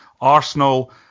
Arsenal